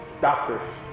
doctors